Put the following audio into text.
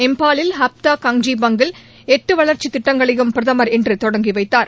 இம்பாலில் ஹப்தா கன்ஜ்பங்கில் எட்டு வளர்ச்சி திட்டங்களையும் பிரதமர் இன்று தொடங்கிவைத்தார்